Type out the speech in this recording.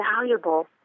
valuable